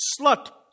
Slut